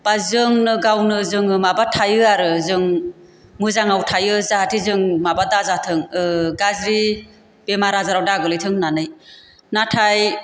बा जोंनो गावनो जोङो माबा थायो आरो जों मोजाङाव थायो जाहाथे जों माबा दाजाथों गाज्रि बेमार आजाराव दागोलैथों होन्नानै नाथाय